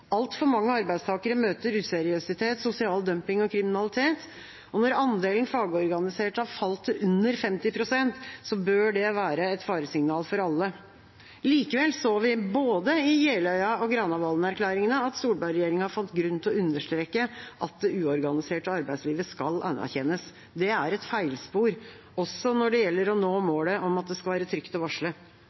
Altfor mange arbeidstakere møter useriøsitet, sosial dumping og kriminalitet, og når andelen fagorganiserte har falt til under 50 pst., bør det være et faresignal for alle. Likevel så vi i både Jeløya-plattformen og Granavolden-plattformen at Solberg-regjeringa fant grunn til å understreke at det uorganiserte arbeidslivet skal anerkjennes. Det er et feilspor – også når det gjelder å nå målet om at det skal være trygt å varsle.